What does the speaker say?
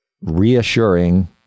reassuring